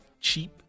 cheap